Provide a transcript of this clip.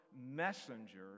messenger